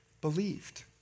believed